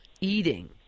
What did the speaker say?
eating